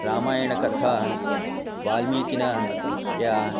रामायणकथा वाल्मीकिना या